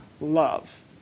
love